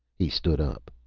he stood up.